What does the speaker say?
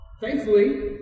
Thankfully